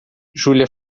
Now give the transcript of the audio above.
júlia